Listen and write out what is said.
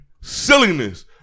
silliness